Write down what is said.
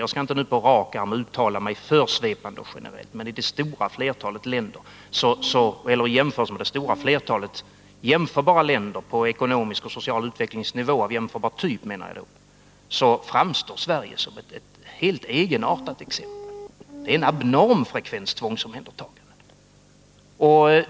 Jag skall nu inte på rak arm uttala mig alltför svepande och generellt, men jag kan säga att i jämförelse med det stora flertalet länder på en social och ekonomisk utvecklingsnivå av jämförbar typ, framstår Sverige som ett helt egenartat exempel. Det är här en abnorm frekvens av tvångsomhändertaganden.